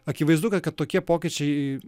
akivaizdu kad tokie pokyčiai